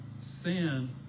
sin